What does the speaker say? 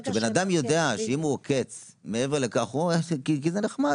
כשבן אדם עוקץ ורואה שזה נחמד,